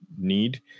need